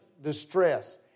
distress